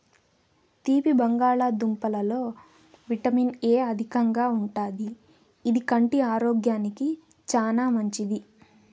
తీపి బంగాళదుంపలలో vitamin A అధికంగా ఉంటాది, ఇది కంటి ఆరోగ్యానికి చానా మంచిది